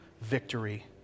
victory